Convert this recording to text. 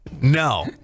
no